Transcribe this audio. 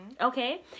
Okay